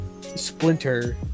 splinter